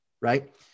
right